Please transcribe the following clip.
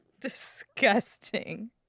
disgusting